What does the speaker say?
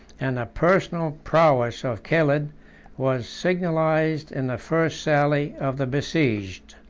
and the personal prowess of caled was signalized in the first sally of the besieged.